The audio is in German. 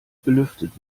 belüftet